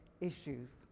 issues